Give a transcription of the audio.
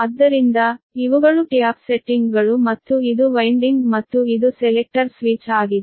ಆದ್ದರಿಂದ ಇವುಗಳು ಟ್ಯಾಪ್ ಸೆಟ್ಟಿಂಗ್ಗಳು ಮತ್ತು ಇದು ಅಂಕುಡೊಂಕಾದ ಇದು ವಿಂಡಿಂಗ್ ಮತ್ತು ಇದು ಸೆಲೆಕ್ಟರ್ ಸ್ವಿಚ್ ಆಗಿದೆ